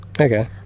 okay